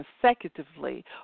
consecutively